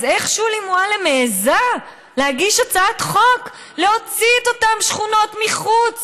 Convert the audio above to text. אז איך שולי מועלם מעיזה להגיש הצעת חוק להוציא את אותן שכונות מחוץ